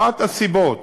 אחת הסיבות